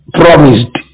promised